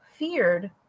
feared